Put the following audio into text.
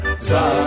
za